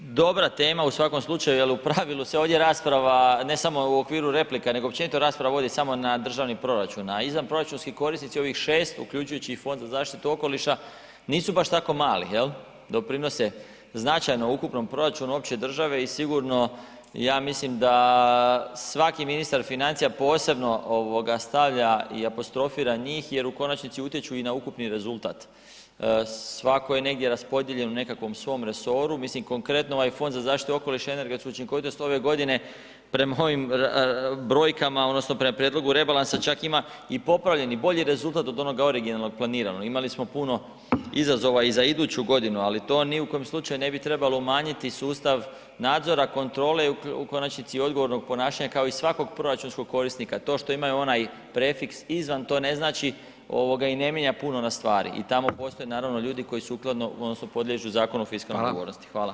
Pa, dobra tema u svakom slučaju jel u pravilu se ovdje rasprava ne samo u okviru replika nego općenito rasprava vodi samo na državni proračun, a izvanproračunski korisnici, ovih 6 uključujući i Fond za zaštitu okoliša nisu baš tako mali jel, doprinose značajno ukupnom proračunu opće države i sigurno ja mislim da svaki ministar financija, posebno ovoga stavlja i apostrofira njih jer u konačnici utječu i na ukupni rezultat, svatko je negdje raspodijeljen u nekakvom svom resoru, mislim konkretno ovaj Fond za zaštitu okoliša i energetsku učinkovitost ove godine, prema ovim brojkama odnosno prema prijedlogu rebalansa, čak ima i popravljeni bolji rezultat od onoga originalnog planiranog, imali smo puno izazova i za iduću godinu, ali to ni u kom slučaju ne bi trebalo umanjiti sustav nadzora kontrole, u konačnici i odgovornog ponašanja kao i svakog proračunskog korisnika, to što imaju onaj prefiks „izvan“ to ne znači i ne mijenja puno na stvari i tamo postoje naravno ljudi koji sukladno odnosno podliježu Zakonu o fiskalnoj [[Upadica: Hvala]] odgovornosti.